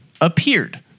appeared